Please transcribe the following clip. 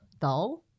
dull